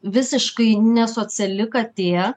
visiškai nesociali katė